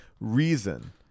reason